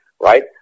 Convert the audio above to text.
right